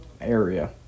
area